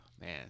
man